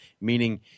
meaning